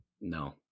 No